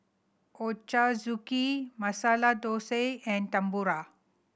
Ochazuke Masala Dosa and Tempura